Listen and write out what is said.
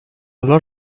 lot